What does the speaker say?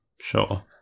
Sure